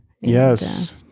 Yes